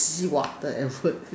drink water advert